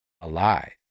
alive